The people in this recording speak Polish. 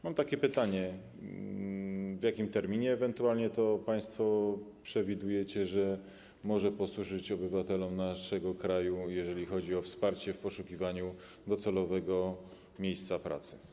Mam takie pytanie: W jakim terminie ewentualnie państwo przewidujecie, że może on posłużyć obywatelom naszego kraju, jeżeli chodzi o wsparcie w poszukiwaniu docelowego miejsca pracy?